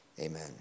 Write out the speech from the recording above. amen